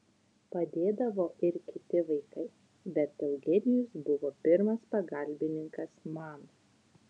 padėdavo ir kiti vaikai bet eugenijus buvo pirmas pagalbininkas man